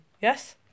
yes